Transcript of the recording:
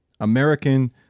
american